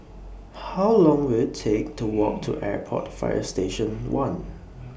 How Long Will IT Take to Walk to Airport Fire Station one